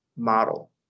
Model